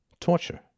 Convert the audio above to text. Torture